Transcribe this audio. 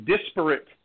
disparate